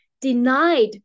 denied